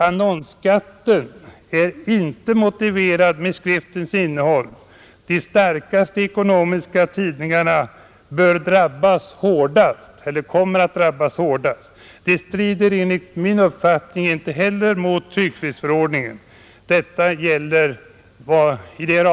Annonsskatten är inte motiverad med skriftens innehåll. De ekonomiskt starkaste tidningarna kommer att drabbas hårdast. Det strider enligt min uppfattning inte mot tryckfrihetsförordningen. Detta gäller dagspressen.